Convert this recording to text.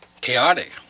chaotic